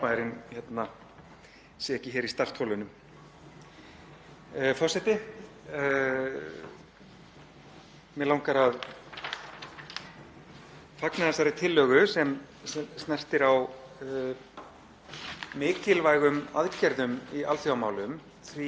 fagna þessari tillögu sem snertir á mikilvægum aðgerðum í alþjóðamálum, því að Ísland taki þátt með fjöldanum öllum af öðrum ríkjum að vinna gegn aukinni hernaðarógn í heiminum.